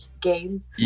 games